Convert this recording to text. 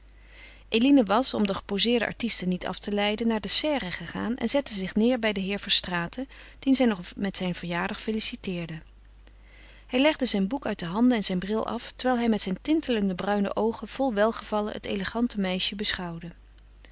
eline was om de gepozeerde artisten niet af te leiden naar de serre gegaan en zette zich neêr bij den heer verstraeten dien zij nog met zijn verjaardag feliciteerde hij legde zijn boek uit de handen en zijn bril af terwijl hij met zijn tintelende bruine oogen vol welgevallen het elegante meisje beschouwde